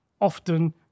often